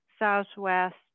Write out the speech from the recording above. Southwest